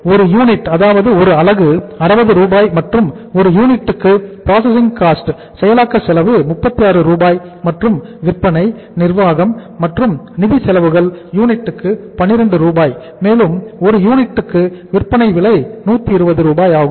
ஒரு யூனிட் அதாவது செயலாக்க செலவு 36 ரூபாய் மற்றும் விற்பனை நிர்வாக மற்றும் நிதி செலவுகள் யூனிட்டுக்கு 12 ரூபாய் மேலும் ஒரு யூனிட்டுக்கு விற்பனை விலை 120 ரூபாய் ஆகும்